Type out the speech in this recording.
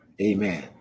Amen